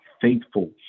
faithful